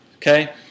Okay